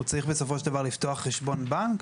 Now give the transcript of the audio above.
הוא צריך בסופו של דבר לפתוח חשבון בנק.